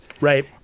Right